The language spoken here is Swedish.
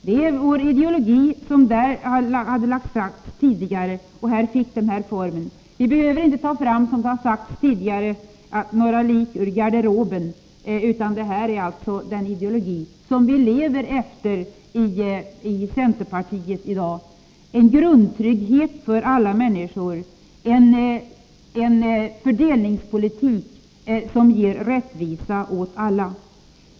Det är vår ideologi, som lades fast då och fick den här formen. Vi behöver inte ta fram — som har sagts tidigare — några lik ur garderoben, utan detta är den ideologi som vi lever efter i centerpartiet i dag: en grundtrygghet för alla människor, en fördelningspolitik som gäller rättvisa åt alla.